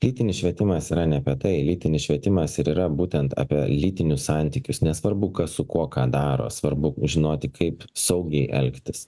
lytinis švietimas yra ne apie tai lytinis švietimas ir yra būtent apie lytinius santykius nesvarbu kas su kuo ką daro svarbu žinoti kaip saugiai elgtis